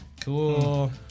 Cool